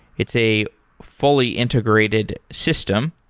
it's a fully integrated system.